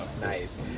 nice